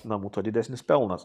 namų tuo didesnis pelnas